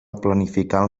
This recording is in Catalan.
planificant